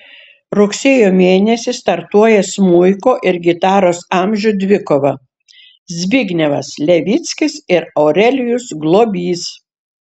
rugsėjo mėnesį startuoja smuiko ir gitaros amžių dvikova zbignevas levickis ir aurelijus globys